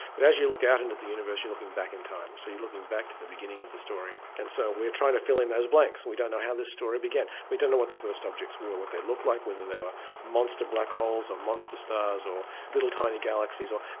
but as you look out into the universe you're looking back in time, so you're looking back to the beginning of the story. and so, we're trying to fill in those blanks and we don't know how this story began. we don't know what the first objects were, what they looked like, whether they were monster black holes or monster stars, or little tiny galaxies. you